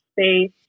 space